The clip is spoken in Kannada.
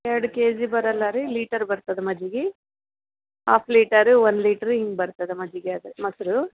ಎರಡು ಕೆಜಿ ಬರೋಲ್ಲ ರೀ ಲೀಟರ್ ಬರ್ತದೆ ಮಜ್ಜಿಗೆ ಆಫ್ ಲೀಟರು ಒನ್ ಲೀಟ್ರ್ ಹಿಂಗ್ ಬರ್ತದೆ ಮಜ್ಜಿಗೆ ಅದು ಮೊಸ್ರು